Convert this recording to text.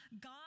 God